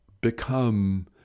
become